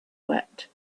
wept